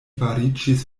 fariĝis